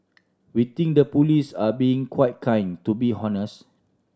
we think the police are being quite kind to be honest